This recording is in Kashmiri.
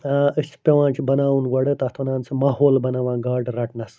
أسۍ چھِ پیٚوان چھُ بَناوُن گۄڈٕ تتھ ونان سُہ ماحول بناوان گاڈٕ رَٹنَس